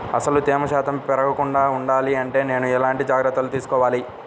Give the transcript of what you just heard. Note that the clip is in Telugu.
అసలు తేమ శాతం పెరగకుండా వుండాలి అంటే నేను ఎలాంటి జాగ్రత్తలు తీసుకోవాలి?